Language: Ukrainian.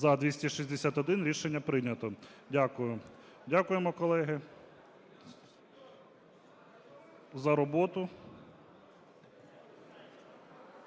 За-261 Рішення прийнято. Дякую. Дякуємо, колеги, за роботу.